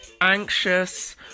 anxious